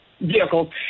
vehicle